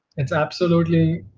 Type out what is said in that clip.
it's absolutely